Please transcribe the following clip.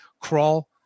crawl